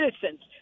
citizens